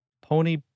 pony